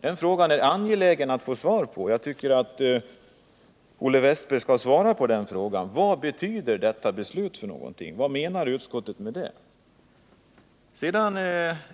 Det är angeläget att få svar på den frågan, och jag tycker att Olle Wästberg skall besvara den.